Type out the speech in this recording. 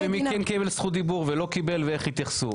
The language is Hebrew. אני אגיד לך על האופן ומי קיבל זכות דיבור ולא קיבל ואייך התייחסו,